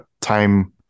time